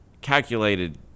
calculated